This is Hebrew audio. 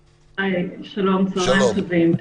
שלום, צוהריים טובים.